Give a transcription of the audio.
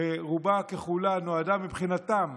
שרובה ככולה נועדה, מבחינתם,